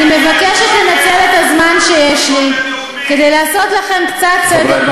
אני מבקשת לנצל את הזמן שיש לי כדי לעשות לכם קצת סדר בראש,